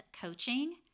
Coaching